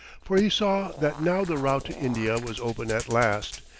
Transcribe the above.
for he saw that now the route to india was open at last,